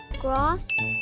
Grass